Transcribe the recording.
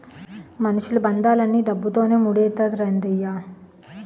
మనుషులు బంధాలన్నీ డబ్బుతోనే మూడేత్తండ్రయ్య